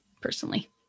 personally